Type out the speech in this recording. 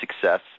success